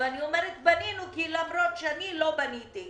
ואני אומרת בנינו למרות שאני לא בניתי.